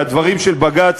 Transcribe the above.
והדברים של בג"ץ,